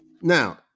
Now